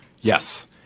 Yes